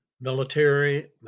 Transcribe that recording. military